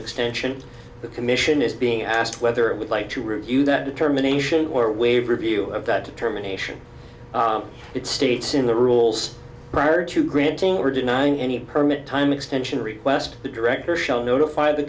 extension the commission is being asked whether it would like to review that determination or waive review of that determination it states in the rules prior to granting or denying any permit time extension request the director shall notify the